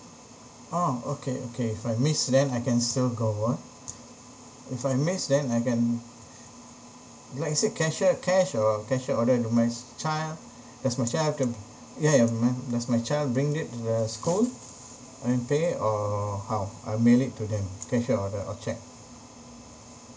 oh okay okay if I missed then I can still go on if I missed then I can like you said cashier cash or cashier order child does my child to ya mean does my child bring it to the school and pay or how I mail it to them cashier order or cheque